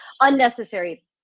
unnecessary